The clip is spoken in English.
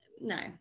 no